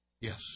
Yes